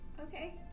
Okay